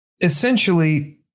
essentially